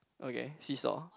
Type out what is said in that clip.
okay seasaw